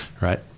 Right